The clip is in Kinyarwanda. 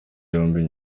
yombi